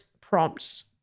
prompts